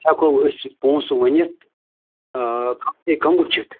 ہٮ۪کو أسۍ سۭتۍ پونٛسہٕ ؤنِتھ کَم سے کَم وٕچھِتھ